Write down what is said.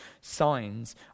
signs